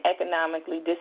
economically